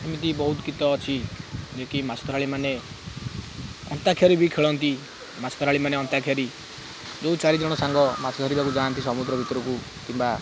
ଏମିତି ବହୁତ ଗୀତ ଅଛି ଯେ କି ମାଛ ଧରାଳୀମାନେ ଅନ୍ତାକ୍ଷରୀ ବି ଖେଳନ୍ତି ମାଛ ଧରାଳୀମାନେ ଅନ୍ତାକ୍ଷରୀ ଯେଉଁ ଚାରିଜଣ ସାଙ୍ଗ ମାଛ ଧରିବାକୁ ଯାଆନ୍ତି ସମୁଦ୍ର ଭିତରକୁ କିମ୍ବା